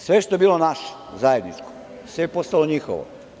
Sve što je bilo naše, zajedničko, sve je postalo njihovo.